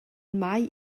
mai